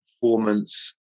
performance